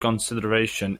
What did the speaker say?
consideration